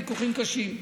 אלה ויכוחים קשים.